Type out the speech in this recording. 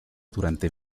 durante